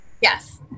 Yes